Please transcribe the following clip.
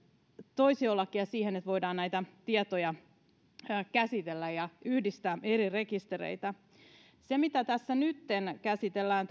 toisiolakia siihen että voidaan näitä tietoja käsitellä ja yhdistää eri rekistereitä se mitä tässä laissa nytten käsitellään